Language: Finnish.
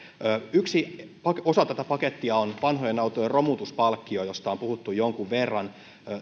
yksi osa tätä pakettia on vanhojen autojen romutuspalkkio jossa on puhuttu jonkun verran